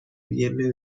viene